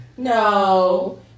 No